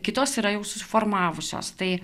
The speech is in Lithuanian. kitos yra jau susiformavusios tai